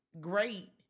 great